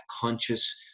conscious